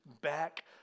back